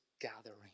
gathering